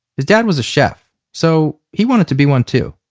his dad was a chef so he wanted to be one too.